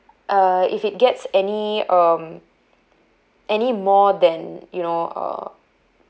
uh if it gets any um any more than you know uh